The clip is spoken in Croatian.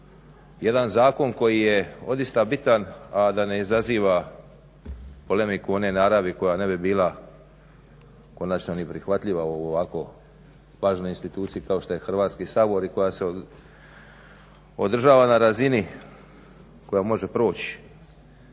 jedan zakon koji je odista bitan, a da ne izaziva polemiku one naravi koja ne bi bila konačno ni prihvatljiva u ovako važnoj instituciji kao što je Hrvatski sabor i koja se održava na razini koja može proći.